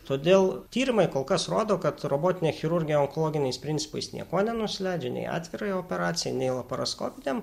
todėl tyrimai kol kas rodo kad robotinė chirurgija onkologiniais principais niekuo nenusileidžia nei atvirajai operacijai nei laparoskopinėm